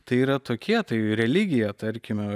tai yra tokie tai religija tarkime